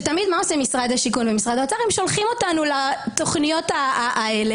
משרד השיכון ומשרד האוצר תמיד שולחים אותנו לתכניות האלה.